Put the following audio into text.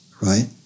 right